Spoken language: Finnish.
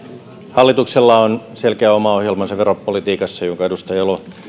hallituksella on veropolitiikassa selkeä oma ohjelmansa jonka edustaja elo